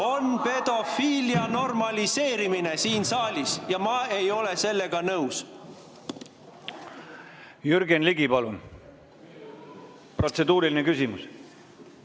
on pedofiilia normaliseerimine siin saalis ja ma ei ole sellega nõus. Jürgen Ligi, palun! Protseduuriline küsimus.